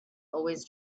always